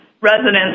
residents